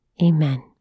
Amen